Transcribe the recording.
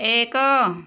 ଏକ